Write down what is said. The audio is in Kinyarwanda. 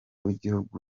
w’ibihugu